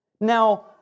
Now